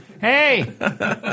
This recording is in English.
Hey